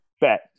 bet